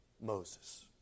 Moses